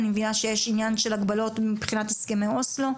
אני מבינה שיש עניין של הגבלות משום הסכמי אוסלו,